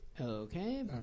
Okay